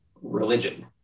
religion